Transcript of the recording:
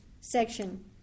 section